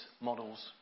models